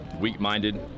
weak-minded